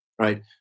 right